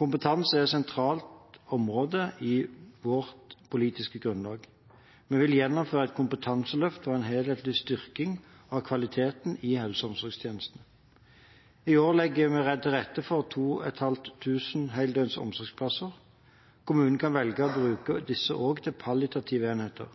Kompetanse er et sentralt område i vårt politiske grunnlag. Vi vil gjennomføre et kompetanseløft for en helhetlig styrking av kvaliteten i helse- og omsorgstjenestene. I år legger vi til rette for 2 500 heldøgns omsorgsplasser. Kommunene kan velge å bruke disse også til palliative enheter.